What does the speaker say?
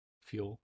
fuel